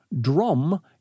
drum